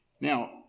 Now